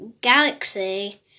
Galaxy